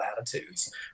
attitudes